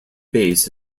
base